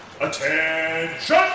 Attention